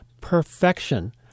perfection